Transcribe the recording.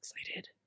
Excited